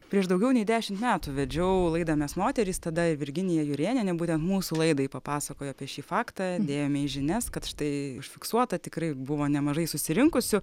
prieš daugiau nei dešimt metų vedžiau laidą mes moterys tada virginija jurėnienė būtent mūsų laidai papasakojo apie šį faktą įdėjome į žinias kad štai užfiksuota tikrai buvo nemažai susirinkusių